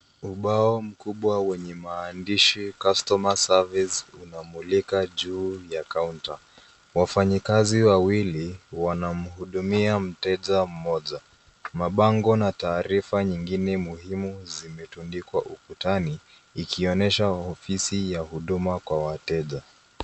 Ubao mkubwa wenye maandishi Customer Service unamulika juu ya kaunta. Wafanyikazi wawii wanamhudumia mteja mmoja. Mabango na taarifa nyingine muhimu zimetundikwa ukutani ikionesha ofisi ya huduma kwa wateja.